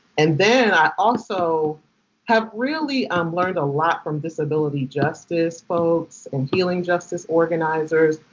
and then i also have really um learned a lot from disability justice folks. and healing justice organizers.